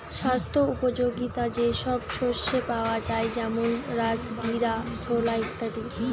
স্বাস্থ্য উপযোগিতা যে সব শস্যে পাওয়া যায় যেমন রাজগীরা, ছোলা ইত্যাদি